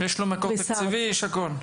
יש לו מקור תקציבי, יש הכול.